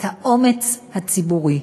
את האומץ הציבורי.